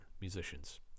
musicians